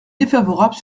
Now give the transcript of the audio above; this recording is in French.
défavorable